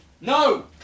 no